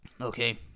okay